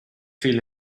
feel